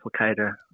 applicator